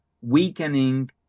weakening